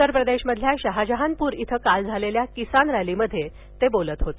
उत्तर प्रदेशमधील शहाजहानप्र इथं काल झालेल्या किसान रॅलीत ते बोलत होते